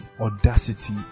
audacity